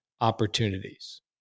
opportunities